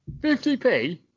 50p